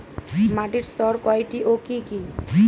মাটির স্তর কয়টি ও কি কি?